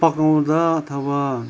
पकाउँदा अथवा